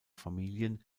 familien